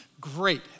Great